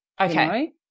okay